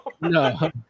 No